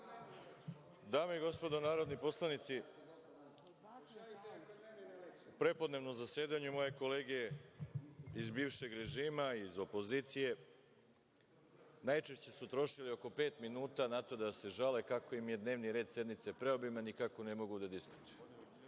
Dame i gospodo narodni poslanici, prepodnevno zasedanje moje kolege iz bivšeg režima, iz opozicije najčešće su trošile oko pet minuta na to da se žale kako im je dnevni red sednice preobiman i kako ne mogu da diskutuju,